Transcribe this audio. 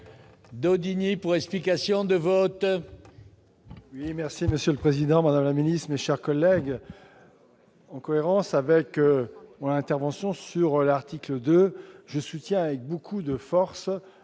Watrin, pour explication de vote.